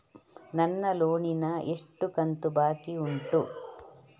ನನ್ನ ಲೋನಿನ ಎಷ್ಟು ಕಂತು ಬಾಕಿ ಉಂಟು?